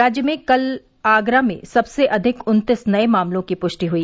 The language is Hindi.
राज्य में कल आगरा में सबसे अधिक उन्तीस नए मामलों की पुष्टि हुई